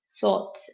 thought